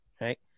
Right